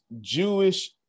Jewish